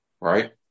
right